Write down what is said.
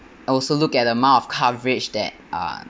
also look at the amount of coverage that um